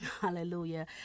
hallelujah